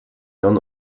non